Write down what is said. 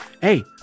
Hey